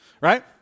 right